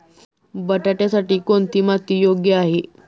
बटाट्यासाठी कोणती माती योग्य आहे?